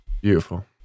Beautiful